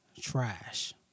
Trash